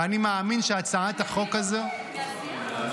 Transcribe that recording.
ואני מאמין שהצעת החוק הזו ------ לא.